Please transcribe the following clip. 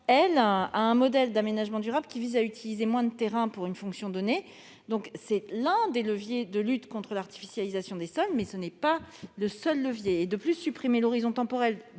elle, à un modèle d'aménagement durable qui vise à utiliser moins de terrain pour une fonction donnée. C'est l'un des leviers de lutte contre l'artificialisation des sols, mais ce n'est pas le seul. De plus, supprimer l'horizon temporel